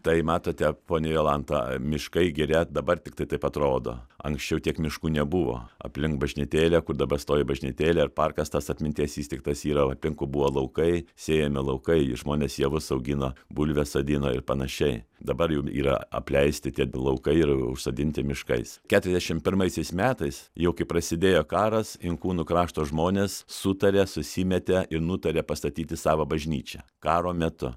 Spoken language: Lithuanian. tai matote ponia jolanta miškai giria dabar tiktai taip atrodo anksčiau tiek miškų nebuvo aplink bažnytėlę kur dabar stovi bažnytėlė ir parkas tas atminties įsteigtas yra aplinkui buvo laukai sėjami laukai žmonės javus augino bulves sodino ir panašiai dabar jau yra apleisti tie laukai ir užsodinti miškais keturiasdešim pirmaisiais metais jau kai prasidėjo karas inkūnų krašto žmonės sutarė susimetė ir nutarė pastatyti savo bažnyčią karo metu